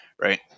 right